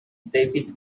david